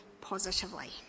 positively